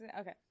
Okay